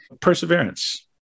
Perseverance